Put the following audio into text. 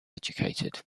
educated